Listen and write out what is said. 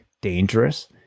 dangerous